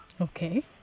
Okay